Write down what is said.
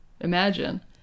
imagine